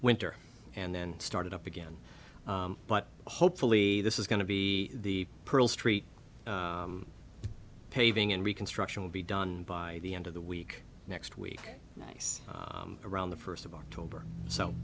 winter and then started up again but hopefully this is going to be the pearl street paving and reconstruction will be done by the end of the week next week nice around the first of october so